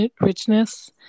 richness